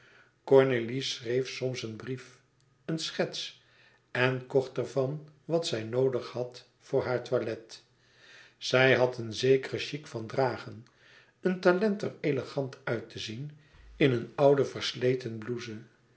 cornélie schreef soms een brief een schets en kocht e ids aargang ervan wat zij noodig had voor haar toilet zij had een zekeren chic van dragen een talent er elegant uit te zien in een oude versleten blouse